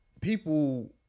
people